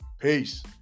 Peace